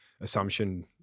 Assumption